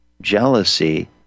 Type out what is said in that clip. jealousy